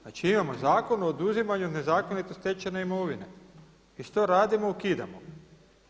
Znači imamo Zakon o oduzimanju nezakonito stečene imovine i što radimo, ukidamo ga.